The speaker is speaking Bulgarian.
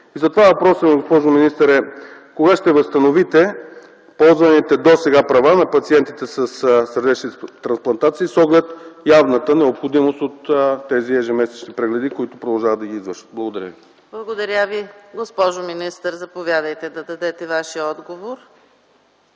Затова въпросът ми, госпожо министър, е: кога ще възстановите ползваните досега права на пациентите със сърдечни трансплантации, с оглед явната необходимост от тези ежемесечни прегледи, които продължават да ги извършват? Благодаря. ПРЕДСЕДАТЕЛ ЕКАТЕРИНА МИХАЙЛОВА: Благодаря Ви. Госпожо министър, заповядайте да дадете Вашия отговор.